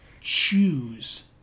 choose